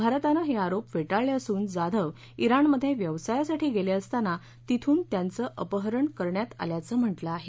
भारतानं हे आरोप फेटाळले असून जाधव ज्ञिणमध्ये व्यवसायासाठी गेले असताना तिथून त्यांचं अपहरण करण्यात आल्याचं म्हटलं आहे